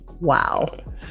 wow